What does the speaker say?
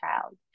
child